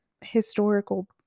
historical